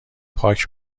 پاک